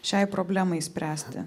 šiai problemai spręsti